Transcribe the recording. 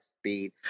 speed